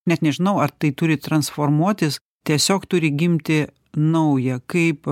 net nežinau ar tai turi transformuotis tiesiog turi gimti nauja kaip